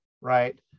right